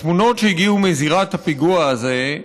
התמונות שהגיעו מזירת הפיגוע הזה,